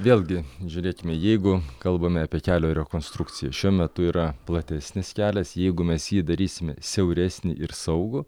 vėlgi žiūrėkime jeigu kalbame apie kelio rekonstrukciją šiuo metu yra platesnis kelias jeigu mes jį darysime siauresnį ir saugų